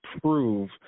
prove